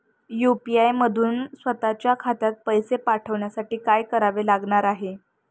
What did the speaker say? UPI मधून स्वत च्या खात्यात पैसे पाठवण्यासाठी काय करावे लागणार आहे?